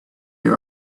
you